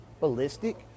Ballistic